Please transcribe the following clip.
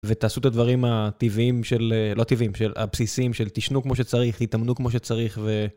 ותעשו את הדברים הטבעיים, לא טבעיים, הבסיסיים של תשנו כמו שצריך, תתאמנו כמו שצריך ו...